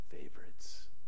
favorites